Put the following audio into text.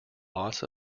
lots